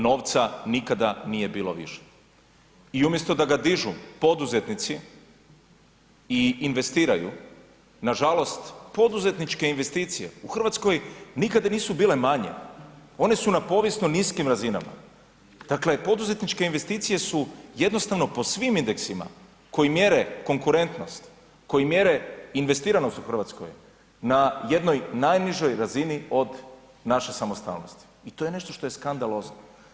Novca nikada nije bilo više i umjesto da ga dižu poduzetnici i investiraju, nažalost, poduzetničke investicije u Hrvatskoj nikada nisu bile manje, one su na povijesno niskim razinama, dakle poduzetničke investicije su jednostavno po svim indeksima koji mjere investiranost u Hrvatskoj, na jednoj najnižoj razini od naše samostalnosti i to je nešto što je skandalozno.